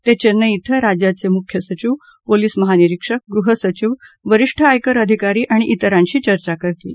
ते चेन्नई क्विं राज्याचे मुख्य सचीव पोलीस महानिरीक्षक गृहसचिव वरीष्ठ आयकर अधिकारी आणि तिरांशी चर्चा करतील